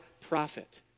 profit